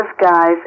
guys